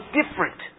different